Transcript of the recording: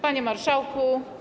Panie Marszałku!